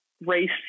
race